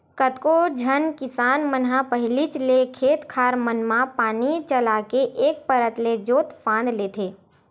कतको झन किसान मन ह पहिलीच ले खेत खार मन म पानी चलाके एक परत के जोंत फांद लेथे